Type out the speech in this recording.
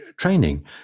training